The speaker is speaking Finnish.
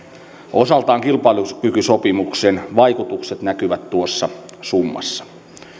osaltaan kilpailukykysopimuksen vaikutukset näkyvät tuossa summassa